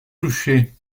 touchés